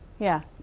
yeah,